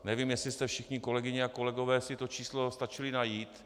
Nevím, jestli jste si všichni, kolegyně a kolegové, to číslo stačili najít.